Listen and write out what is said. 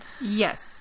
Yes